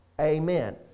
Amen